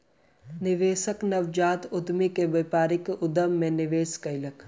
निवेशक नवजात उद्यमी के व्यापारिक उद्यम मे निवेश कयलक